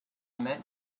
met